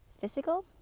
physical